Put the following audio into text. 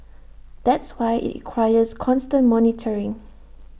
that's why IT requires constant monitoring